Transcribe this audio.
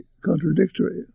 contradictory